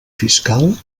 fiscal